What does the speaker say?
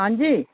हां जी